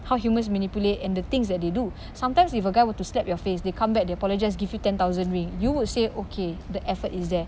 how humans manipulate and the things that they do sometimes if a guy were to slap your face they come back they apologise give you ten thousand ring you will say okay the effort is there